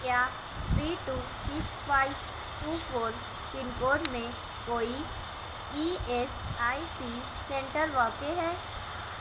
کیا تھری دو six five two four pin code میں کوئی E S I C centre واقع ہے